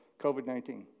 COVID-19